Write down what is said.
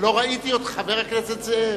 לא ראיתי אותך, חבר הכנסת זאב.